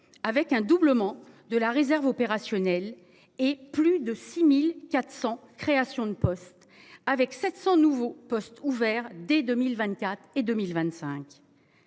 avec un doublement de la réserve opérationnelle et plus de 6400 créations de postes. Avec 700 nouveaux postes ouverts dès 2024 et 2025.